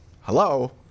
hello